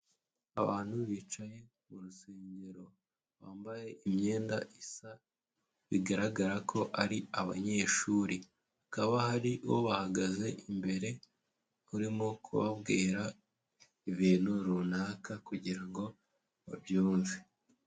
Abantu bicaye mu rusengero bambaye imyenda isa, bigaragara ko ari abanyeshuri, hakaba hari uwo bahagaze imbere, urimo kubabwira ibintu runaka kugira ngo babyumve.